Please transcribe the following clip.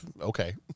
okay